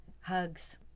Hugs